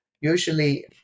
usually